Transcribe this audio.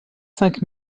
cinq